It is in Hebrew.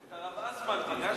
את הרב אסטמן פגשת?